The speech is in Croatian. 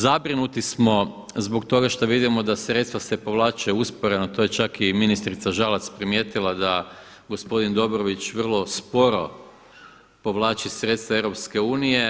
Zabrinuti smo zbog toga što vidimo da sredstva se povlače usporeno, to je čak i ministrica Žalac primijetila, da gospodin Dobrović vrlo sporo povlači sredstva EU.